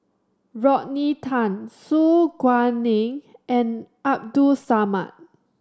Rodney Tan Su Guaning and Abdul Samad